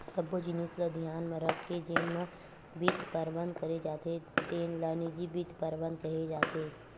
सब्बो जिनिस ल धियान म राखके जेन म बित्त परबंध करे जाथे तेन ल निजी बित्त परबंध केहे जाथे